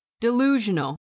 Delusional